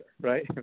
right